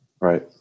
Right